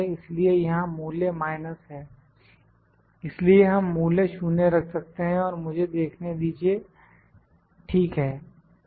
इसलिए यहां मूल्य माइनस है इसलिए हम मूल्य 0 रख सकते हैं मुझे देखने दीजिए ठीक है